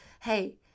Hey